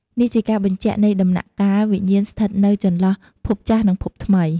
នេះជាការបញ្ចប់នៃ ដំណាក់កាលវិញ្ញាណស្ថិតនៅចន្លោះភពចាស់និងភពថ្មី។